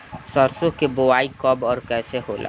सरसो के बोआई कब और कैसे होला?